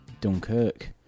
Dunkirk